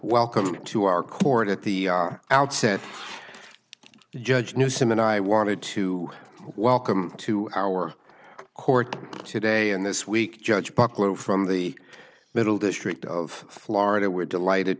welcome to our court at the outset judge newsome and i wanted to welcome to our court today and this week judge buck low from the middle district of florida we're delighted